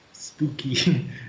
Spooky